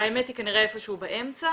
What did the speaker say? האמת היא כנראה איפשהו באמצע.